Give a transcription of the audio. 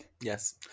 Yes